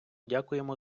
дякуємо